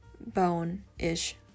bone-ish